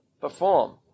perform